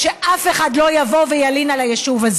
שאף אחד לא יבוא וילין על זה.